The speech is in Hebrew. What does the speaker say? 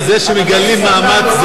זה שמגלים מאמץ,